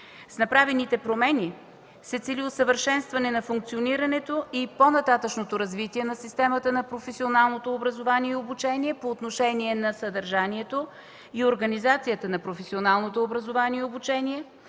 С направените промени се цели усъвършенстване на функционирането и по-нататъшното развитие на системата на професионалното образование и обучение по отношение на съдържанието и организацията на професионалното образование и обучение;